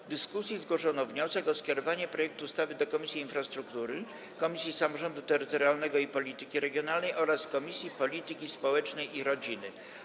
W dyskusji zgłoszono wniosek o skierowanie projektu ustawy do Komisji Infrastruktury, Komisji Samorządu Terytorialnego i Polityki Regionalnej oraz Komisji Polityki Społecznej i Rodziny.